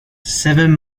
seven